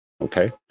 Okay